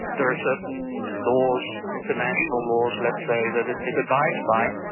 there are certain laws, international laws let's say, that it it abides by.